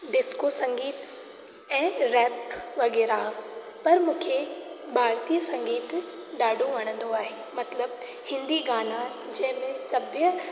disco संगीतु ऐं rap वग़ैरह पर मूंखे भारतीय संगीतु ॾाढो वणंदो आहे मतिलबु हिंदी गाना जंहिं में सभ्य